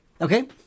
okay